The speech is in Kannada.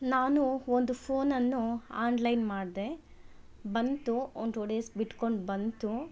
ನಾನು ಒಂದು ಫೋನನ್ನು ಆನ್ಲೈನ್ ಮಾಡ್ದೆ ಬಂತು ಒಂದು ಟು ಡೇಸ್ ಬಿಟ್ಕೊಂಡು ಬಂತು